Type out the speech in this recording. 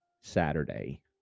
Saturday